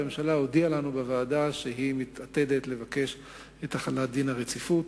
והממשלה הודיעה לנו בוועדה שהיא מתעתדת לבקש את החלת דין הרציפות